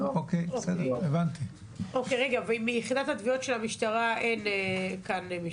כמו ששמענו כאן,